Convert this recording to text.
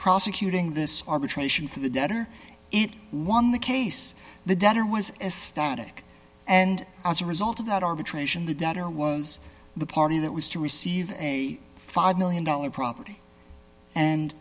prosecuting this arbitration for the debtor in one the case the debtor was as static and as a result of that arbitration the debtor was the party that was to receive a five million dollars property and